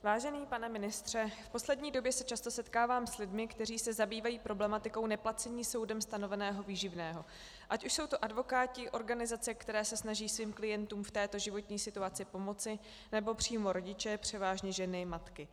Vážený pane ministře, v poslední době se často setkávám s lidmi, kteří se zabývají problematikou neplacení soudem stanoveného výživného, ať už jsou to advokáti, organizace, které se snaží svým klientům v této životní situaci pomoci, nebo přímo rodiče, převážně ženy, matky.